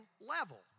level